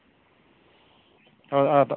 ꯑꯥꯎ ꯑꯥꯗ